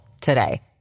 today